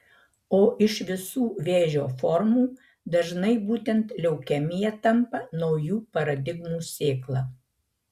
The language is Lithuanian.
o iš visų vėžio formų dažnai būtent leukemija tampa naujų paradigmų sėkla